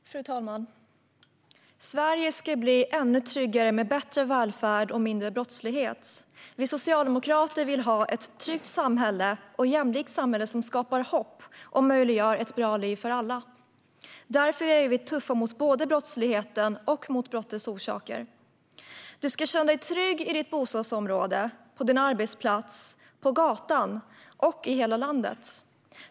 Fru talman! Sverige ska bli ännu tryggare med bättre välfärd och mindre brottslighet. Vi socialdemokrater vill ha ett tryggt och jämlikt samhälle som skapar hopp och möjliggör ett bra liv för alla. Därför är vi tuffa både mot brottsligheten och mot brottets orsaker. Du ska känna dig trygg i ditt bostadsområde, på din arbetsplats, på gatan och i hela landet.